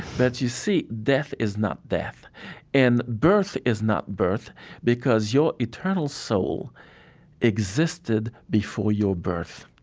but you see death is not death and birth is not birth because your eternal soul existed before your birth.